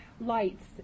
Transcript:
lights